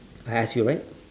I ask you right